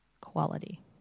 quality